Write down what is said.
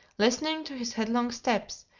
listening to his headlong steps,